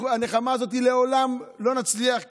לעולם לא נצליח לנחם,